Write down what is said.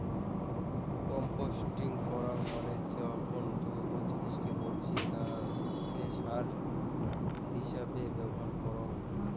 composting করাঙ মানে যখন জৈব জিনিসকে পচিয়ে তাকে সার হিছাবে ব্যবহার করঙ